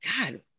God